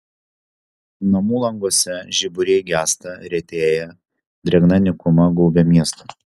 namų languose žiburiai gęsta retėja drėgna nykuma gaubia miestą